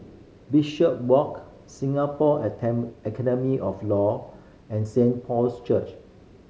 Bishopswalk Singapore Academy of Law and Saint Paul's Church